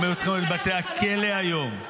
הם היו צריכים להיות בבתי כלא היום -- כן,